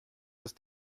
ist